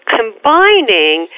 combining